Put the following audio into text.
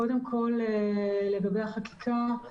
קודם כל לגבי החקיקה,